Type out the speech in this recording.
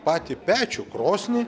patį pečių krosnį